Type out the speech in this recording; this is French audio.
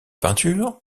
peintures